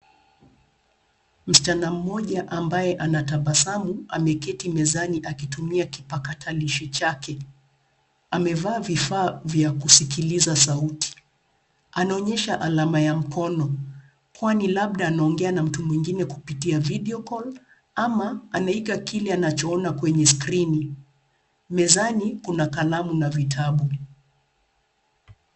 Msichana mmoja ambaye anatabasamu, ameketi mezani akitumia kipakatalishi chake. Amevaa vifaa vya kusikiliza sauti. Anaonyesha alama ya mkono, kwani labda anaongea na mtu mwingine kupitia video call ama anaiga kile anachoona kwenye skrini. Mezani kuna kalamu na vitabu.